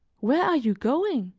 where are you going?